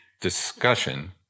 discussion